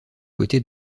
côtés